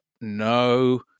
no